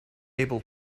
able